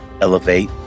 elevate